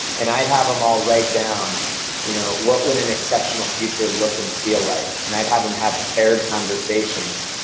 and i'd have them all write down you know what would an exceptional future look and feel like? and i'd have them have paired conversations,